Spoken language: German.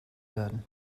werden